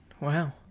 wow